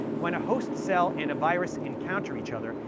when a host cell and a virus encounter each other,